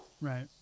right